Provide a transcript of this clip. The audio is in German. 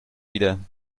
wieder